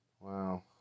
wow